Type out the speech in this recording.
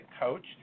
coach